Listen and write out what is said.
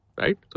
Right